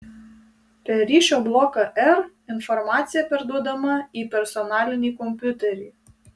per ryšio bloką r informacija perduodama į personalinį kompiuterį